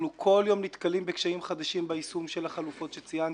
אנחנו כל יום נתקלים בקשיים חדשים ביישום של החלופות שציינתי.